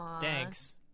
Thanks